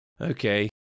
Okay